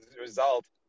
result